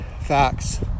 facts